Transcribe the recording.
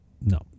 No